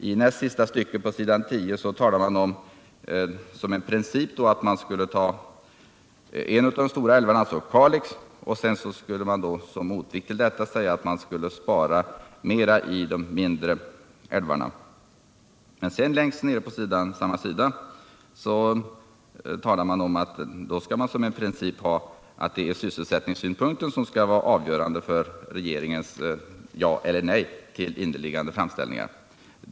I näst sista stycket på s. 10 i betänkandet säger reservanterna att man skall ha såsom princip att bygga ut en av de stora älvarna, nämligen Kalix älv, och såsom motvikt till detta göra färre ingrepp i de mindre älvarna. Men längst ner på samma sida säger reservanterna att sysselsättningssynpunkten skall vara avgörande för regeringens ja eller nej till inneliggande framställningar.